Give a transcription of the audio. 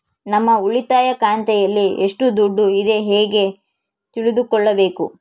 ನಮ್ಮ ಉಳಿತಾಯ ಖಾತೆಯಲ್ಲಿ ಎಷ್ಟು ದುಡ್ಡು ಇದೆ ಹೇಗೆ ತಿಳಿದುಕೊಳ್ಳಬೇಕು?